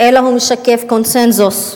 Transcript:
אלא הוא משקף קונסנזוס,